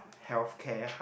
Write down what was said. health care !huh!